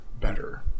better